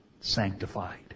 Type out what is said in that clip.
sanctified